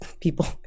People